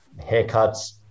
Haircuts